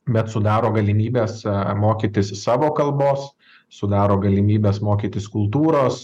bet sudaro galimybes mokytis savo kalbos sudaro galimybes mokytis kultūros